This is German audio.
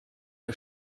der